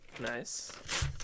Nice